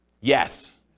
Yes